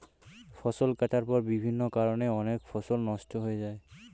ফসল কাটার পর বিভিন্ন কারণে অনেক ফসল নষ্ট হয়ে যায়